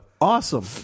awesome